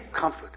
comfort